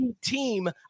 team